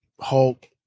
Hulk